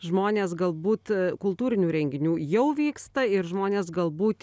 žmonės galbūt kultūrinių renginių jau vyksta ir žmonės galbūt